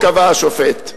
קבע השופט.